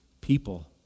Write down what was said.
people